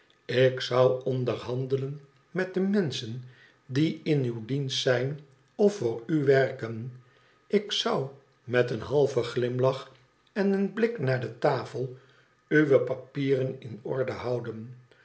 ik zou onderhandelen met de menschen die in uw dienst zijn of voor u werken ik zou met een halven glimlach en een blik naar de tafel uwe papieren in orde houden